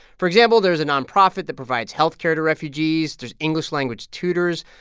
for example, there's a nonprofit that provides health care to refugees. there's english language tutors.